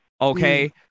okay